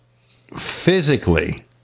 physically